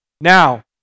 Now